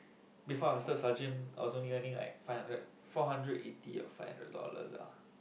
before I was third sergeant I also getting like five hundred four eighty or five hundred dollars ah